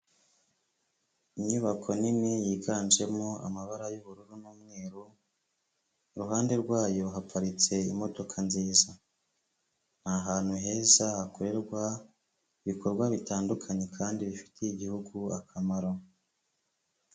Inyubako nini yiganjemo amabara y'ubururu n'umweru, iruhande rwayo haparitse imodoka nziza, ni ahantu heza hakorerwa ibikorwa bitandukanye kandi bifitiye Igihugu akamaro.